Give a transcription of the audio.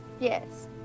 Yes